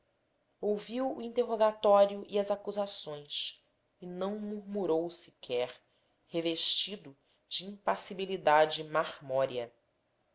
ouviu o interrogatório e as acusações e não murmurou sequer revestido de